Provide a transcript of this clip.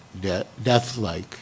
death-like